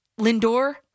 Lindor